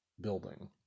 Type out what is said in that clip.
building